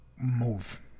move